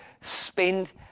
spend